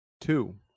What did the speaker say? Two